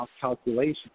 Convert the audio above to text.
calculation